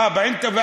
אה, באינטרנט.